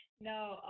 No